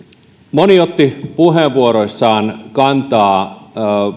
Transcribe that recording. moni otti puheenvuorossaan kantaa